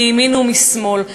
מימין ומשמאל.